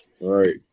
right